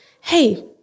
Hey